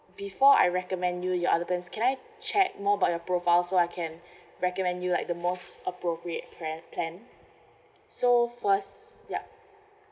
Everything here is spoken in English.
before I recommend you your other plans can I check more about your profile so I can recommend you like the most appropriate plan plan so first yup